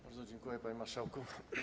Bardzo dziękuję, panie marszałku.